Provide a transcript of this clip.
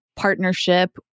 Partnership